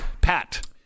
Pat